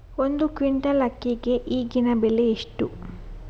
ಒಂದು ಕ್ವಿಂಟಾಲ್ ಅಕ್ಕಿಗೆ ಈಗಿನ ಬೆಲೆ ಎಷ್ಟು?